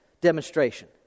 demonstration